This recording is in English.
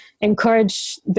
encourage